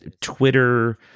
twitter